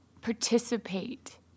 participate